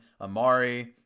Amari